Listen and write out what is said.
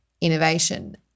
innovation